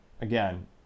again